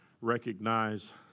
recognize